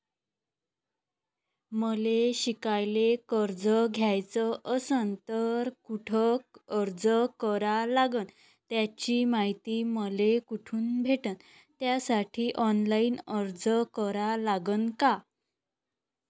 मले शिकायले कर्ज घ्याच असन तर कुठ अर्ज करा लागन त्याची मायती मले कुठी भेटन त्यासाठी ऑनलाईन अर्ज करा लागन का?